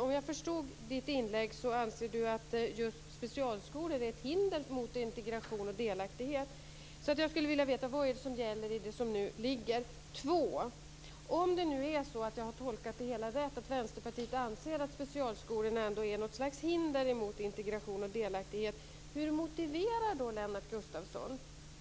Om jag förstod Lennart Gustavssons inlägg rätt anser han att specialskolor är ett hinder mot integration och delaktighet. Jag skulle alltså vilja veta: Vad är det som gäller i det som nu föreligger? Det andra jag vill veta är: Om jag har tolkat det hela rätt och Vänsterpartiet alltså anser att specialskolorna är något slags hinder mot integration och delaktighet, hur motiverar då Lennart Gustavsson